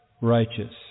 righteous